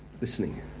listening